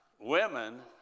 women